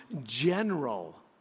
general